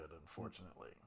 unfortunately